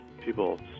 people